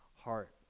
heart